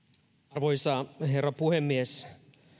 arvoisa herra puhemies